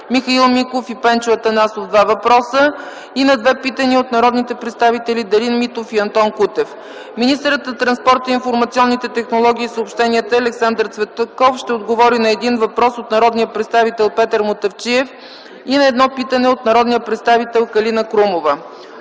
Михаил Миков, Пенчо Атанасов – два въпроса и на две питания от народните представители Дарин Матов и Антон Кутев. 9. Министърът на транспорта, информационните технологии и съобщенията Александър Цветков ще отговори на един въпрос от народния представител Петър Мутафчиев и на едно питане от народния представител Калина Крумова.